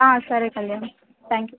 సరే Kalyani thank you